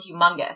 humongous